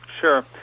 Sure